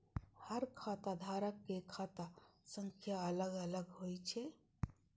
हर खाता धारक के खाता संख्या अलग अलग होइ छै